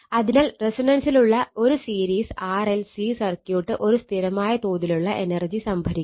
അതിനാൽ റെസൊണൻസിലുള്ള ഒരു സീരീസ് RLC സർക്യൂട്ട് ഒരു സ്ഥിരമായ തോതിലുള്ള എനർജി സംഭരിക്കുന്നു